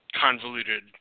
convoluted